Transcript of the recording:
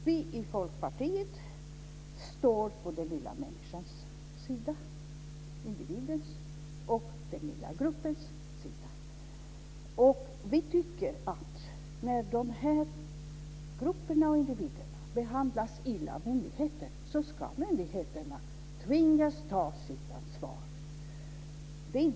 Vi i Folkpartiet står på den lilla människans sida, på individens och den lilla gruppens sida. Vi tycker att när de här grupperna och individerna behandlas illa av myndigheter ska myndigheterna tvingas ta sitt ansvar.